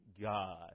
God